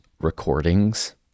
recordings